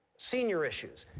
senior issues,